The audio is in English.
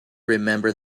remember